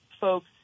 folks